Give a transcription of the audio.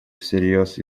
всерьез